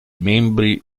membri